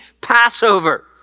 Passover